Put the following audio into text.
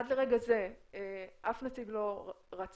עד לרגע זה אף נציג לא רצה,